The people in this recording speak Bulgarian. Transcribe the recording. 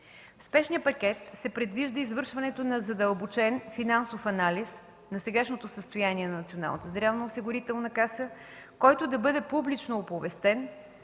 спешния пакет се предвижда извършването на задълбочен финансов анализ на сегашното състояние на Националната здравноосигурителна каса, който да бъде публично оповестен,